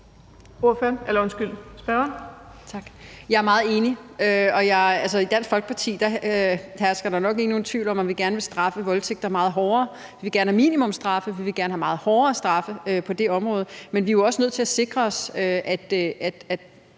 Jeg er meget enig, og der skal ikke herske nogen tvivl om, at vi i Dansk Folkeparti gerne vil straffe voldtægter meget hårdere. Vi vil gerne have minimumsstraffe, og vi vil meget gerne have meget hårdere straffe på det område, men vi er jo også nødt til at sikre os, at